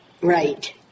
Right